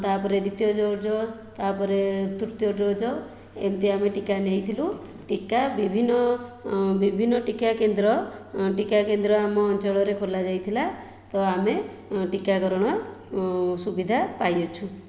ତା'ପରେ ଦ୍ଵିତୀୟ ଡୋଜ୍ ତା'ପରେ ତୃତୀୟ ଡୋଜ୍ ଏମିତି ଆମେ ଟିକା ନେଇଥିଲୁ ଟିକା ବିଭିନ୍ନ ବିଭିନ୍ନ ଟିକା କେନ୍ଦ୍ର ଟିକା କେନ୍ଦ୍ର ଆମ ଅଞ୍ଚଳରେ ଖୋଲା ଯାଇଥିଲା ତ ଆମେ ଟିକାକରଣ ସୁବିଧା ପାଇଅଛୁ